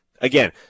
again